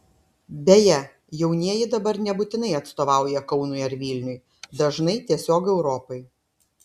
beje jaunieji dabar nebūtinai atstovauja kaunui ar vilniui dažnai tiesiog europai